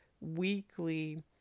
weekly